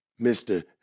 mr